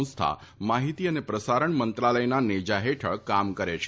સંસ્થા માહિતી અને પ્રસારણ મંત્રાલયના નેજા હેઠળ કામ કરે છે